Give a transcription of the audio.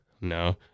No